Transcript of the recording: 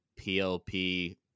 PLP